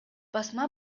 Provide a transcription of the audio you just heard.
басма